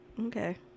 Okay